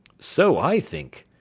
so i think,